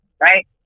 right